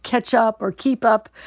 catch up or keep up?